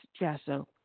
Jasso